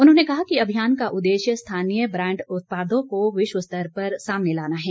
उन्होंने कहा कि अभियान का उद्देश्य स्थानीय ब्रांड वाले उत्पादों को विश्व स्तर पर सामने लाना है